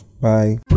Bye